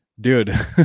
dude